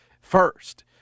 first